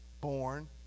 born